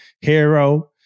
hero